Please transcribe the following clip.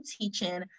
teaching